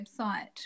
website